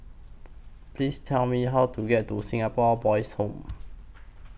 Please Tell Me How to get to Singapore Boys' Home